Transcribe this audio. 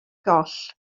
goll